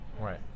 Right